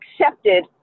accepted